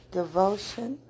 devotion